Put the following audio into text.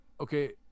okay